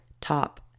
top